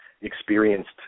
experienced